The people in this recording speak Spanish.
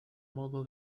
modo